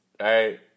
right